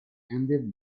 ended